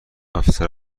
افسر